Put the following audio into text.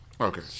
Okay